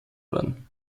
worden